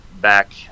back